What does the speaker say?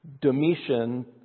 Domitian